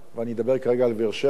ואני מדבר כרגע על באר-שבע,